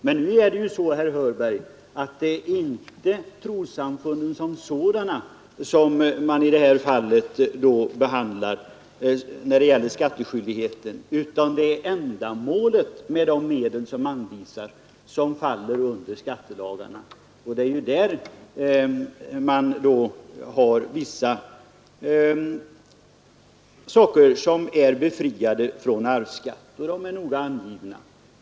Men nu är det ju så, herr Hörberg, att det-inte är trossamfunden som sådana som avses i detta fall när det gäller skattskyldigheten, utan det är ändamålet med de medel som anvisas som faller under skattelagarna. Vissa av dessa ändamål är befriade från arvsskatt, och de är noga angivna.